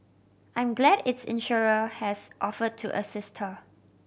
I'm glad its insurer has offer to assist her